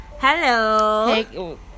Hello